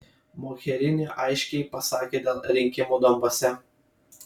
mogherini aiškiai pasakė dėl rinkimų donbase